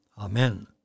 Amen